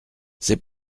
c’est